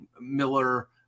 Miller